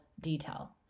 detail